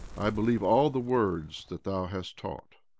i believe all the words that thou hast taught.